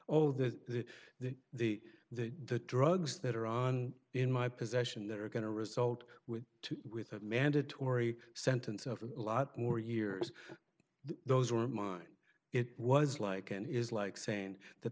oh that that the the drugs that are on in my possession that are going to result with two with a mandatory sentence of a lot more years those were mine it was like an is like saying that